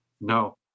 no